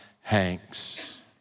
Hanks